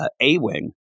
A-Wing